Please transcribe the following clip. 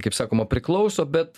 kaip sakoma priklauso bet